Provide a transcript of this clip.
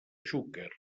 xúquer